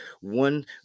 one